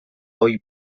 ohi